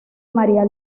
maría